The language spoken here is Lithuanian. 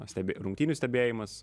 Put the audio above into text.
stebėti rungtynių stebėjimas